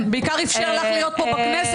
הוא בעיקר אפשר לך להיות פה בכנסת,